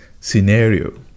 scenario